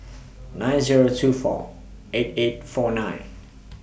nine Zero two four eight eight four nine